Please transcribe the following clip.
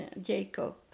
Jacob